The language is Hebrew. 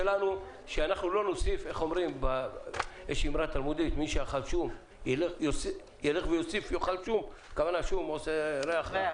יש אמרה תלמודית המדברת על מי שאכל שום שעושה ריח רע.